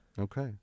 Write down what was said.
Okay